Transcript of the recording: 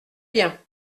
bien